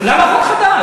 למה חוק חדש?